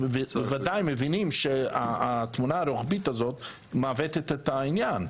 בוודאי מבינים שהתמונה הרוחבית הזאת מעוותת את העניין.